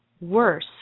worse